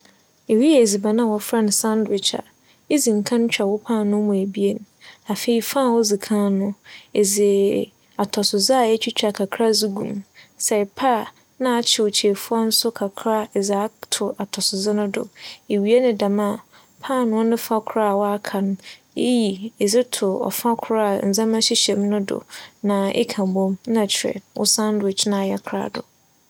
Ereyɛ edziban a wͻfrɛ no sandwiͻh a, idzi nkan twa wo paanoo mu ebien. Afei, fa a odzi kan no edze atͻsodze a etwitwa kakra dze gu mu ,sɛ epɛ a nna akyew kyirefuwa nso kakra edze ato atͻsodze no do. Ewie no dɛm a, paanoo ne fa kor a aka no, iyi na edze to ͻfa kor a ndzɛmba hyehyɛ mu no do na eka bͻ mu nna kyerɛ, wo sandwiͻh no ayɛ krado.